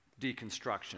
deconstruction